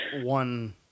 one